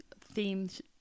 themes